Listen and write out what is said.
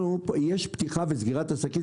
יש פתיחה וסגירה של עסקים,